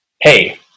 hey